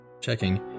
Checking